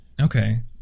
Okay